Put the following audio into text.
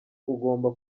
ugomba